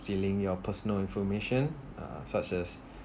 filling your personal information uh such as